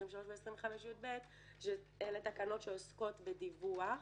23 ו-25(יב) אלה תקנות שעוסקות בדיווח.